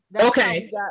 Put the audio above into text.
okay